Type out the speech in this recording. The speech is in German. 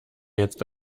jetzt